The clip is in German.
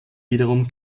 wiederum